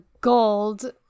gold